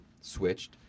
switched